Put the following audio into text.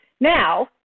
now